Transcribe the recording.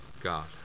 God